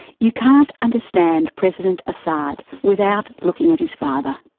you can't understand president assad without looking at his father.